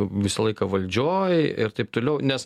visą laiką valdžioj ir taip toliau nes